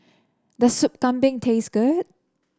does Sup Kambing taste good